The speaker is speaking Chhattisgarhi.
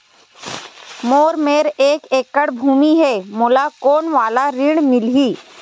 मोर मेर एक एकड़ भुमि हे मोला कोन वाला ऋण मिलही?